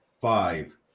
five